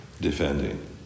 defending